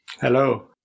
Hello